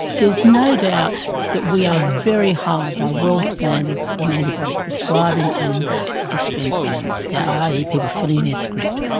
there's no doubt that we are very high by world standards in antibiotic prescribing and dispensing and ah yeah people filling their script.